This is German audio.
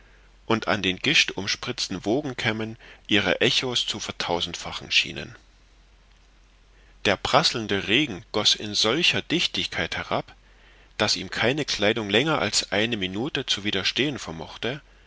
und an den gischtumspritzten wogenkämmen ihre echo's zu vertausendfachen schienen der prasselnde regen goß in solcher dichtigkeit herab daß ihm keine kleidung länger als eine minute zu widerstehen vermochte